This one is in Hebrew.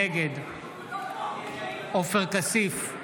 נגד עופר כסיף,